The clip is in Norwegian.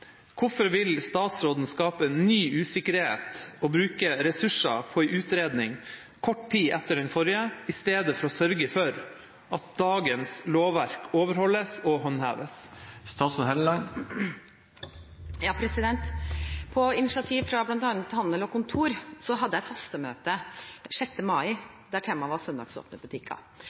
Hvorfor vil statsråden skape ny usikkerhet og bruke ressurser på en utredning kort tid etter den forrige, i stedet for å sørge for at dagens lovverk overholdes og håndheves?» På initiativ fra bl.a. Handel og Kontor hadde jeg et hastemøte 6. mai der temaet var søndagsåpne butikker.